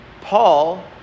Paul